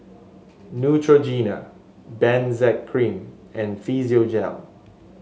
Neutrogena Benzac Cream and Physiogel